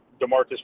Demarcus